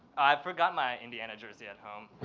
i forgot my indiana jersey at home.